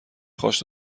خواست